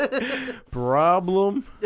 Problem